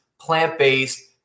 plant-based